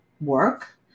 work